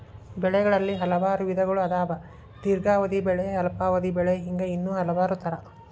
ಬೆಳೆಗಳಲ್ಲಿ ಹಲವಾರು ವಿಧಗಳು ಅದಾವ ದೇರ್ಘಾವಧಿ ಬೆಳೆ ಅಲ್ಪಾವಧಿ ಬೆಳೆ ಹಿಂಗ ಇನ್ನೂ ಹಲವಾರ ತರಾ